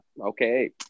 Okay